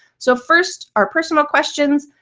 so first are personal questions,